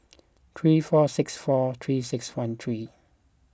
three four six four three six one three